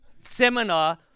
seminar